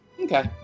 Okay